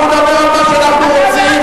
אנחנו נדבר על מה שאנחנו רוצים,